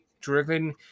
Driven